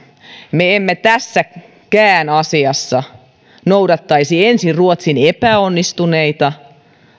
me emme tässäkään asiassa noudattaisi ensin ruotsin epäonnistuneita